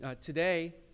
Today